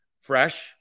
fresh